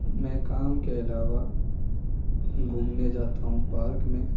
میں کام کے علاوہ گھومنے جاتا ہوں پارک میں